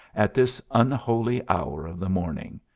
at this unholy hour of the morning?